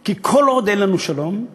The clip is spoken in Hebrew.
כי כל עוד אין לנו שלום,